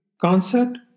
Concept